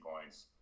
points